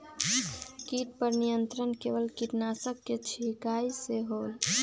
किट पर नियंत्रण केवल किटनाशक के छिंगहाई से होल?